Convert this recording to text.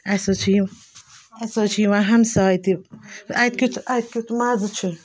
اَسہِ حظ چھِ یِم اَسہِ حظ چھِ یِوان ہَمساے تہِ اَتہِ کیُٚتھ اَتہِ کیُٚتھ مَزٕ چھِ